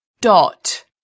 Dot